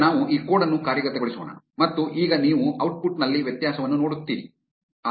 ಈಗ ನಾವು ಈ ಕೋಡ್ ಅನ್ನು ಕಾರ್ಯಗತಗೊಳಿಸೋಣ ಮತ್ತು ಈಗ ನೀವು ಔಟ್ಪುಟ್ನಲ್ಲಿ ವ್ಯತ್ಯಾಸವನ್ನು ನೋಡುತ್ತೀರಿ